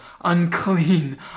unclean